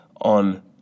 on